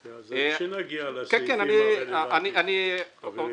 אוקיי, אז כשנגיע לסעיפים הרלוונטיים, חברים.